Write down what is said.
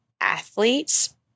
athletes